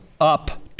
up